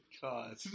God